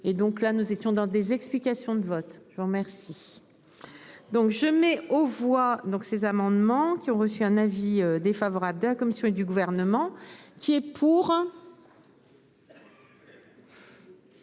et donc là nous étions dans des explications de vote, je vous remercie. Donc je mets aux voix donc ces amendements qui ont reçu un avis défavorable de la commission et du gouvernement. Qui est pour.